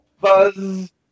Buzz